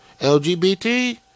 LGBT